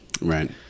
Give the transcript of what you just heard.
Right